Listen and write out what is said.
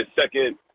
second